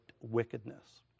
wickedness